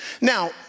Now